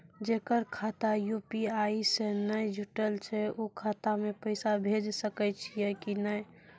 जेकर खाता यु.पी.आई से नैय जुटल छै उ खाता मे पैसा भेज सकै छियै कि नै?